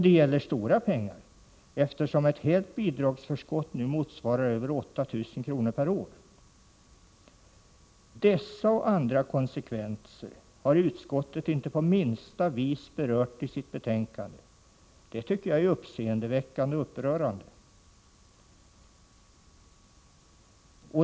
Det gäller också stora pengar, eftersom ett helt bidragsförskott nu motsvarar över 8 000 kr. per år. Dessa och andra konsekvenser har utskottet inte på minsta vis berört i sitt betänkande. Jag tycker att det är uppseendeväckande och upprörande.